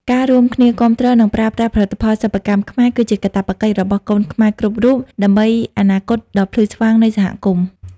ការរួមគ្នាគាំទ្រ និងប្រើប្រាស់ផលិតផលសិប្បកម្មខ្មែរ គឺជាកាតព្វកិច្ចរបស់កូនខ្មែរគ្រប់រូប ដើម្បីអនាគតដ៏ភ្លឺស្វាងនៃសហគមន៍។